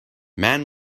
man